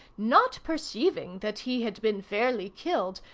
not perceiving that he had been fairly killed,